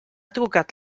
trucat